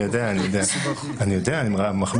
אני יודע, אני מחמיא לך.